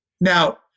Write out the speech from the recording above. Now